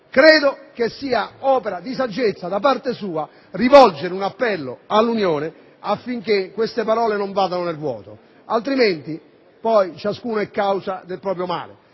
sarebbe opera di saggezza da parte sua rivolgere un appello all'Unione affinché queste parole non cadano nel vuoto. Altrimenti, ognuno è causa del proprio male.